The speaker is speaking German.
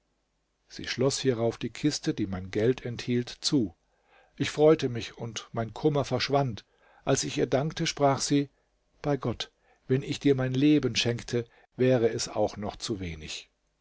sie schloß hierauf die kiste die mein geld enthielt zu ich freute mich und mein kummer verschwand als ich ihr dankte sprach sie bei gott wenn ich dir mein leben schenkte wäre es auch noch zu wenig